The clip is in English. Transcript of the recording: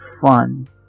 fun